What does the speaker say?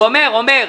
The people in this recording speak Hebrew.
אומר, אומר.